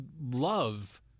love